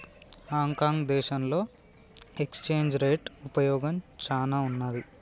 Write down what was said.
Hong Kong దేశంలో exchange rate ఉపయోగం చానా ఉన్నాది